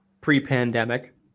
pre-pandemic